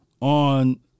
on